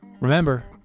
Remember